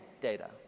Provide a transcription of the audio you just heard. data